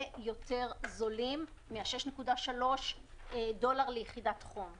יותר זולים מאשר 6.3 דולרים ליחידת חום.